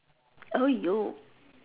oh you